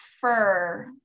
fur